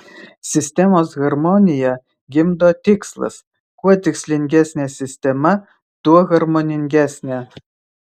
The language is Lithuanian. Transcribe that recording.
sistemos harmoniją gimdo tikslas kuo tikslingesnė sistema tuo harmoningesnė